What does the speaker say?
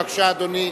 בבקשה, אדוני.